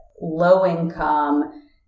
low-income